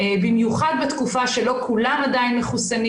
במיוחד בתקופה בה לא כולם עדיין מחוסנים